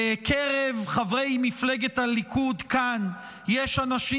בקרב חברי מפלגת הליכוד כאן יש אנשים